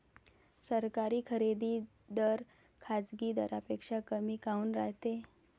सरकारी खरेदी दर खाजगी दरापेक्षा कमी काऊन रायते?